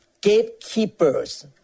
gatekeepers